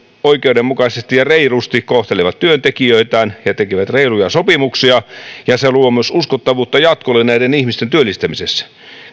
oikeudenmukaisesti ja reilusti kohtelevat työntekijöitään ja tekevät reiluja sopimuksia se luo myös uskottavuutta jatkolle näiden ihmisten työllistämisessä